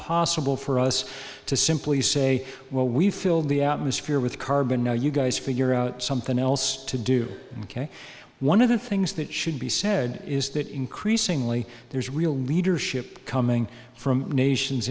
possible for us to simply say well we've filled the atmosphere with carbon now you guys figure out something else to do and one of the things that should be said is that increasingly there's real leadership coming from nations